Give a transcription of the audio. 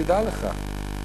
תדע לך.